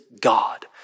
God